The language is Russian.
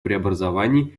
преобразований